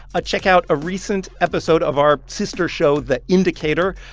ah check out a recent episode of our sister show the indicator.